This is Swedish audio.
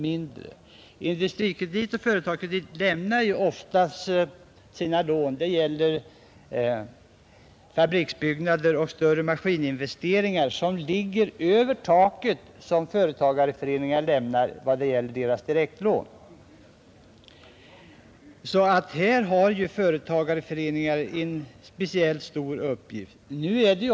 AB Industrikredit och AB Företagskredit lämnar oftast sina lån till fabriksbyggnader och större maskininvesteringar. Dessa lån ligger över taket för företagareföreningarnas direktlån. Här har företagareföreningarna en speciellt stor uppgift.